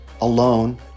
alone